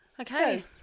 Okay